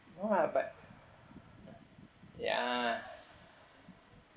no lah but ya